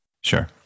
Sure